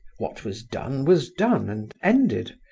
what was done was done and ended,